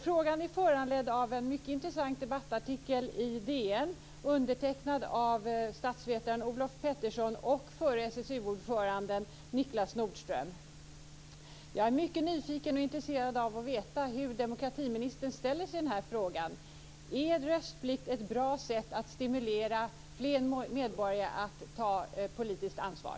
Frågan är föranledd av en mycket intressant debattartikel i DN, undertecknad av statsvetaren Olof Petersson och den förre SSU Jag är mycket nyfiken och intresserad av att veta hur demokratiministern ställer sig i den här frågan. Är röstplikt ett bra sätt att stimulera fler medborgare att ta ett politiskt ansvar?